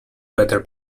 better